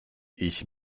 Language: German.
ich